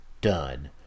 Done